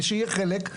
ותהיה חלק,